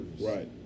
Right